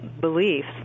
beliefs